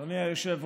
בקלפי נגישה.